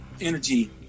energy